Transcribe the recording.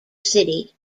city